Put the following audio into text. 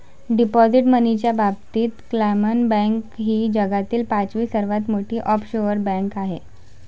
deposit मनीच्या बाबतीत क्लामन बँक ही जगातील पाचवी सर्वात मोठी ऑफशोअर बँक आहे